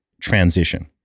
transition